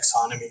taxonomy